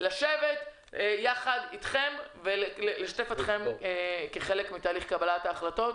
לשבת יחד איתכם ולשתף אתכם בתהליך קבלת ההחלטות.